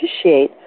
appreciate